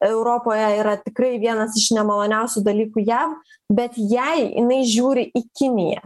europoje yra tikrai vienas iš nemaloniausių dalykų jav bet jei jinai žiūri į kiniją